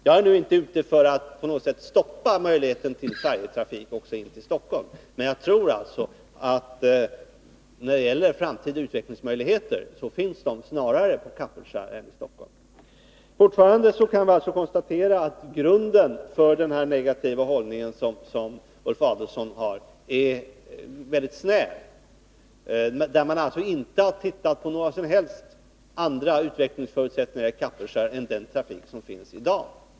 Jag är nu inte ute efter att stoppa möjligheterna till färjetrafik in till Stockholm, men jag tror att de framtida utvecklingsmöjligheterna snarare finns i trafiken på Kapellskär än i trafiken på Stockholm. Jag konstaterar att grunden för Ulf Adelsohns negativa hållning är väldigt svag. Man har alltså inte sett på några som helst utvecklingsförutsättningar när det gäller Kapellskär utan baserat sig på den trafik som finns i dag.